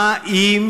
מה עם